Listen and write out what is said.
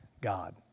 God